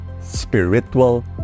spiritual